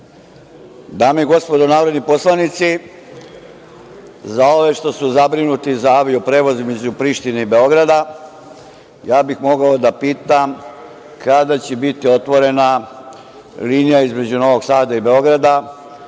Dame i gospodo narodni poslanici, za ove što su zabrinuti za avio-prevoz između Prištine i Beograda, ja bih mogao da pitam – kada će biti otvorena linija između Novog Sada i Beograda,